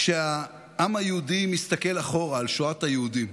כשהעם היהודי מסתכל אחורה על שואת היהודים,